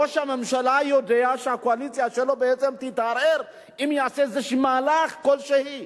ראש הממשלה יודע שהקואליציה שלו תתערער אם הוא יעשה מהלך כלשהו.